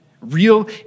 real